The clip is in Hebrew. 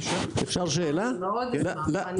אני מאוד אשמח.